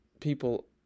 people